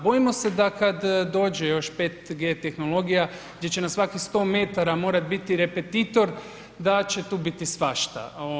Bojimo se da kad dođe još 5G tehnologija gdje će na svakih 100 metara morat bit repetitor da će tu biti svašta.